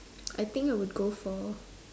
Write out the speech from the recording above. I think I would go for